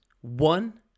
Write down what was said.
One